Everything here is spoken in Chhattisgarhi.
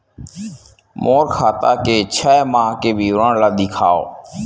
मोर खाता के छः माह के विवरण ल दिखाव?